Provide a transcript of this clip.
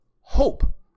hope